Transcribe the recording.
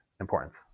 importance